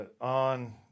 on –